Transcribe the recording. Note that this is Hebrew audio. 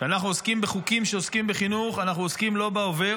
כשאנחנו עוסקים בחוקים שעוסקים בחינוך אנחנו עוסקים לא בהווה,